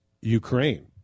Ukraine